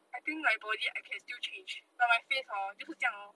I think my body I can still change but then my face hor 就是这样 lor